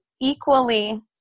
equally